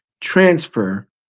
transfer